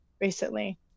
recently